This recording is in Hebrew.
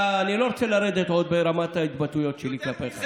אני לא רוצה לרדת עוד ברמת ההתבטאויות שלי כלפיך.